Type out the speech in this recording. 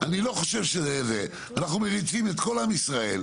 אנחנו מריצים את כל עם ישראל.